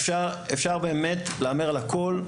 אפשר באמת להמר על הכול.